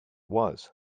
was